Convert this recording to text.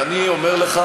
ואני אומר לך,